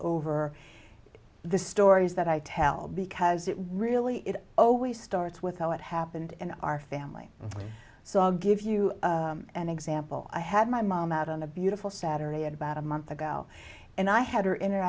over the stories that i tell because it really it always starts with how it happened in our family so i'll give you an example i had my mom out on a beautiful saturday and about a month ago and i had her in or